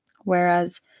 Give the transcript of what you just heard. whereas